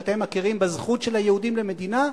שאתם מכירים בזכות של היהודים למדינה,